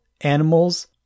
animals